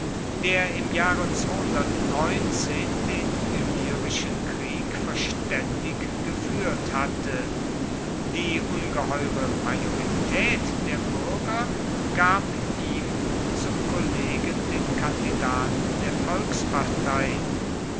der im jahre den illyrischen krieg verstaendig gefuehrt hatte die ungeheure majoritaet der buerger gab ihm zum kollegen den kandidaten der volkspartei